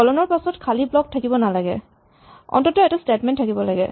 কলন ৰ পাছত খালী ব্লক থাকিব নালাগে অন্তত্ব এটা স্টেটমেন্ট থাকিব লাগে